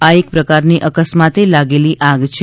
આ એક પ્રકારની અકસ્માતે લાગેલી આગ છે